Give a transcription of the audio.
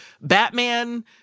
Batman